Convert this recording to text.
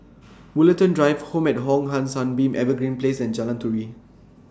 Woollerton Drive Home At Hong San Sunbeam Evergreen Place and Jalan Turi